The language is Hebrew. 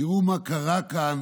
תראו מה קרה כאן